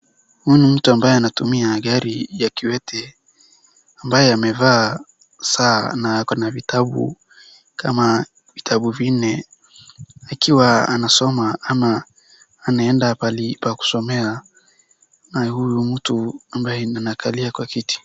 Huyu ni mtu ambaye anatumia gari ya kiwete, ambaye amevaa saa na ako na vitabu, kama vitabu vinne akiwa anasoma au anaenda pahali pa kusomea, na huyu mtu ambaye amekalia kwa kiti.